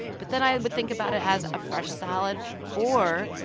but then i would think about it as a fresh salad or,